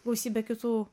gausybe kitų